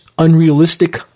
Unrealistic